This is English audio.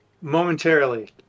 Momentarily